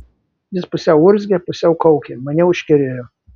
jis pusiau urzgė pusiau kaukė mane užkerėjo